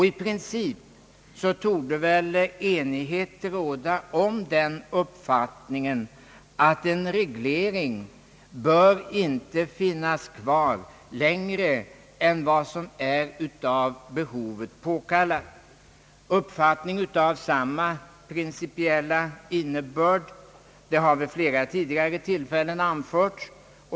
I princip torde enighet råda om den uppfattningen, att en reglering inte bör finnas kvar längre än som är av behovet påkallat. Uppfattningar av samma principiella innebörd har vid flera tillfällen anförts.